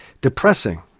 depressing